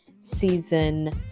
season